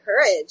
courage